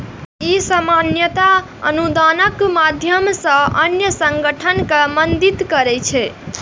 ई सामान्यतः अनुदानक माध्यम सं अन्य संगठन कें मदति करै छै